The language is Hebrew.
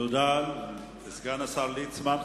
תודה לסגן השר ליצמן.